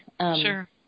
Sure